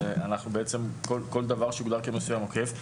כל דבר שיוגדר כמסוים עוקף.